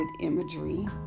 imagery